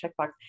checkbox